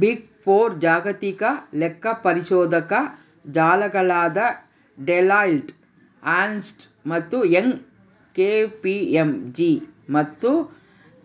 big four ಜಾಗತಿಕ ಲೆಕ್ಕಪರಿಶೋಧಕ ಜಾಲಗಳಾದ ಡೆಲಾಯ್ಟ್, ಅರ್ನ್ಸ್ಟ್ ಮತ್ತೆ ಯಂಗ್, ಕೆ.ಪಿ.ಎಂ.ಜಿ ಮತ್ತು